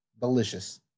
Delicious